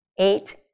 eight